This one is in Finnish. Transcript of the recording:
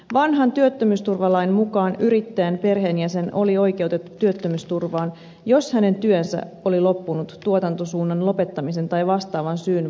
vanhan työttömyysturvalain mukaan yrittäjän perheenjäsen oli oikeutettu työttömyysturvaan jos hänen työnsä oli loppunut tuotantosuunnan lopettamisen tai vastaavan syyn vuoksi